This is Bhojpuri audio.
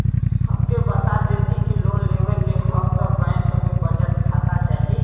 हमके बता देती की लोन लेवे के हव त बैंक में बचत खाता चाही?